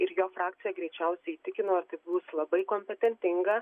ir jo frakciją greičiausiai įtikino ir tai bus labai kompetentinga